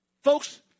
Folks